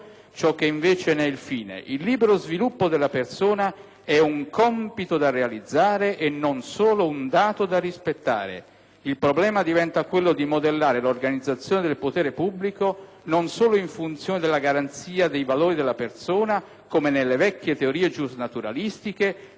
è un "compito" da realizzare e non solo un "dato" da rispettare(...). Il problema diventa quello di modellare l'organizzazione del potere pubblico non solo in funzione della garanzia dei valori della persona (come nelle vecchie teorie giusnaturalistiche e come in molte di quelle moderne),